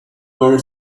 were